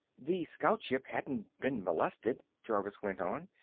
the scout ship hadn't been molested, jervis went on.